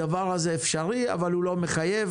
הדבר הזה אפשרי, אבל הוא לא מחייב.